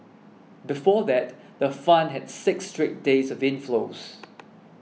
before that the fund had six straight days of inflows